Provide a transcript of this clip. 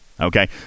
Okay